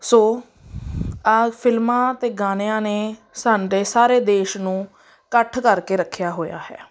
ਸੋ ਆਹ ਫਿਲਮਾਂ ਅਤੇ ਗਾਣਿਆਂ ਨੇ ਸਾਡੇ ਸਾਰੇ ਦੇਸ਼ ਨੂੰ ਇਕੱਠ ਕਰਕੇ ਰੱਖਿਆ ਹੋਇਆ ਹੈ